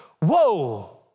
Whoa